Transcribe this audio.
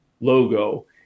logo